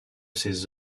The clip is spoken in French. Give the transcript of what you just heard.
ses